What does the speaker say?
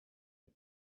had